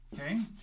okay